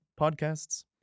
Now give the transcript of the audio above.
podcasts